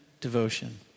devotion